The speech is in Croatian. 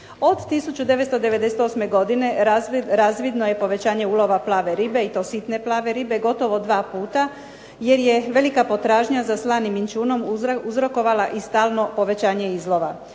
Od 1998. godine razvidno je povećanje ulova plave ribe i to sitne plave ribe, gotovo dva puta jer je potražnja velika za slanim inćunom uzrokovala i stalno povećanje izlova.